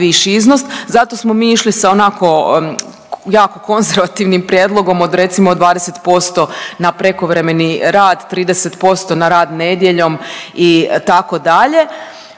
viši iznos, zato smo mi išli sa onako jako konzervativnim prijedlogom od recimo od 20% na prekovremeni rad, 30% na rad nedjeljom itd. da